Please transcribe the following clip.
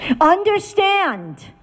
Understand